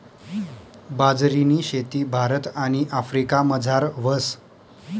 बाजरीनी शेती भारत आणि आफ्रिकामझार व्हस